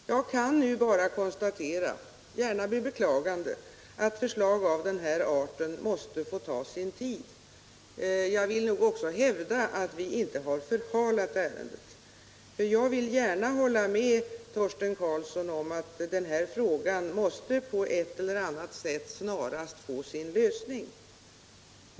Jag kan nu bara konstatera, gärna med beklagande, att förslag av den här arten måste ta sin tid att genomföra. Jag vill nog också hävda att vi inte har förhalat ärendet. Jag håller gärna med Torsten Karlsson om att den här frågan snarast måste få sin lösning på ett eller annat sätt.